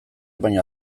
baino